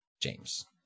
James